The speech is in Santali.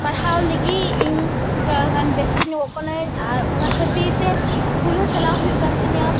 ᱯᱟᱲᱦᱟᱣ ᱞᱟᱹᱜᱤᱫ ᱤᱧ ᱛᱷᱚᱲᱟᱜᱟᱱ ᱵᱮᱥᱛᱚᱧᱚᱜᱚᱜ ᱠᱟᱹᱱᱟᱹᱧ ᱟᱨ ᱚᱱᱟ ᱠᱷᱟᱹᱛᱤᱨᱛᱮ ᱥᱠᱩᱞ ᱦᱚᱸ ᱪᱟᱞᱟᱜ ᱦᱩᱭᱩᱜᱠᱟᱱ ᱛᱤᱧᱟᱹ